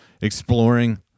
exploring